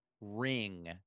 ring